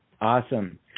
Awesome